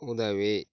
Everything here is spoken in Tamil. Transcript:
உதவி